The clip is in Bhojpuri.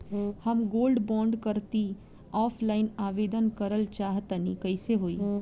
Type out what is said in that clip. हम गोल्ड बोंड करंति ऑफलाइन आवेदन करल चाह तनि कइसे होई?